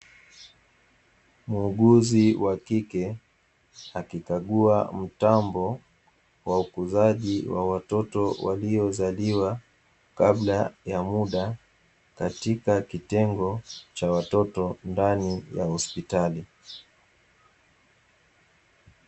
Muuguzi wa kike akikagua mtambo wa ukuzaji wa watoto waliozaliwa kabla ya muda katika kitendo cha watoto ndani ya hospitali.